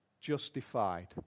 justified